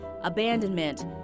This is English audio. Abandonment